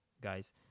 guys